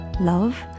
love